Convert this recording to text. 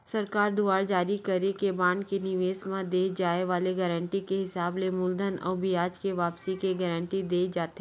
सरकार दुवार जारी करे के बांड के निवेस म दे जाय वाले गारंटी के हिसाब ले मूलधन अउ बियाज के वापसी के गांरटी देय जाथे